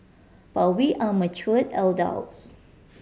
but we are mature adults